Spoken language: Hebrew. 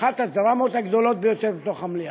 אחת הדרמות הגדולות ביותר בתוך המליאה.